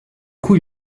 coup